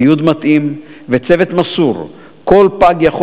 ציוד מתאים וצוות מסור כל פג יכול